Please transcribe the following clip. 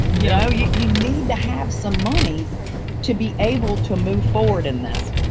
you know, you you need to have some money to be able to move forward in this.